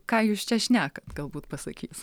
ką jūs čia šnekat galbūt pasakys